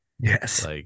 Yes